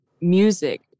music